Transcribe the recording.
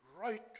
right